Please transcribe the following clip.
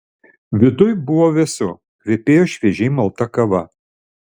viduj buvo vėsu kvepėjo šviežiai malta kava